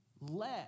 let